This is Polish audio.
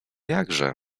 jakże